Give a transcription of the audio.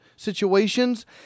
situations